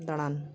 ᱫᱟᱬᱟᱱ